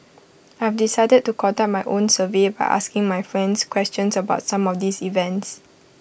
I'll decided to conduct my own survey by asking my friends questions about some of these events